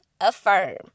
affirm